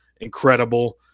incredible